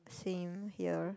same here